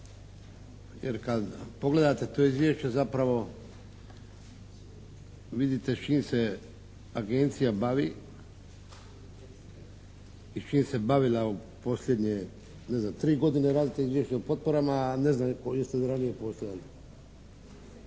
jer kad pogledate to izvješće, zapravo vidite s čim se agencija bavi i s čim se bavila u posljednje 3 godine. Ne znam, radite izvješća o potporama a ne znam jeste li ranije postojali?